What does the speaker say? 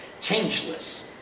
Changeless